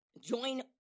Join